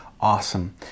awesome